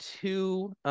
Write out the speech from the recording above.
two